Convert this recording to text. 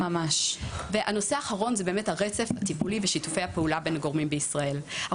ב' הרצף הטיפולי ושיתופי הפעולה בין הגורמים בישראל: אנחנו